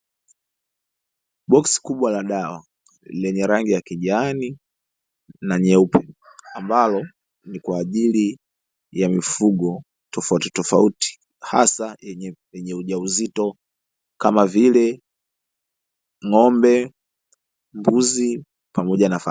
Boksi kubwa la dawa lenye rangi ya kijani na nyeupe ambalo ni kwaajili ya mifugo tofautitofauti hasa yenye ujauzito kama vile; ng'ombe, mbuzi, pamoja na farasi.